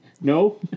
No